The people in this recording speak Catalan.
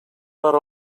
per